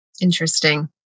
Interesting